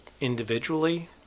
individually